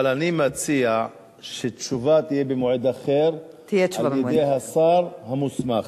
אבל אני מציע שתשובה תהיה במועד אחר על-ידי השר המוסמך.